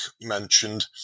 mentioned